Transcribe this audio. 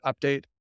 update